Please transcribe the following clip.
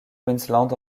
queensland